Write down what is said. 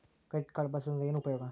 Credit card ಬಳಸುವದರಿಂದ ಏನು ಉಪಯೋಗ?